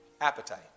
appetite